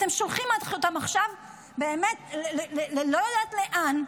אתם שולחים אותם עכשיו באמת לא יודעת לאן,